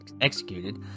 executed